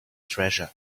treasure